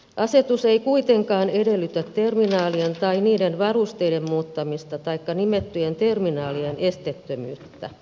asetus ei kuitenkaan edellytä terminaalien tai niiden varusteiden muuttamista taikka nimettyjen terminaalien esteettömyyttä